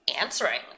answering